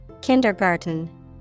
kindergarten